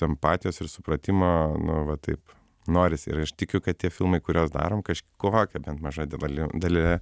empatijos ir supratimo nu va taip norisi ir aš tikiu kad tie filmai kuriuos darom kažkokią bent maža dalele